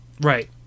Right